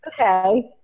Okay